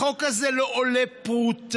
החוק הזה לא עולה פרוטה,